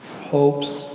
hopes